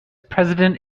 president